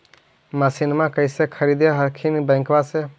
मसिनमा कैसे खरीदे हखिन बैंकबा से?